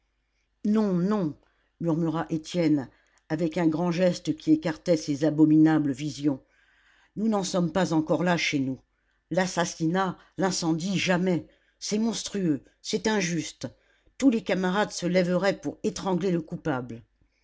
non non murmura étienne avec un grand geste qui écartait ces abominables visions nous n'en sommes pas encore là chez nous l'assassinat l'incendie jamais c'est monstrueux c'est injuste tous les camarades se lèveraient pour étrangler le coupable